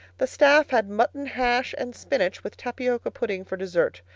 the staff had mutton hash and spinach, with tapioca pudding for dessert.